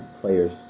players